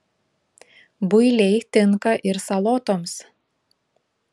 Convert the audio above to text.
builiai tinka ir salotoms